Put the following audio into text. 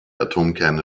atomkerne